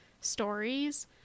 stories